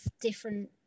different